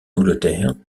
angleterre